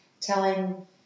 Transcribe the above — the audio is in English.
telling